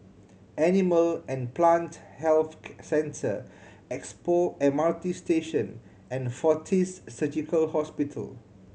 Animal and Plant Health Centre Expo M R T Station and Fortis Surgical Hospital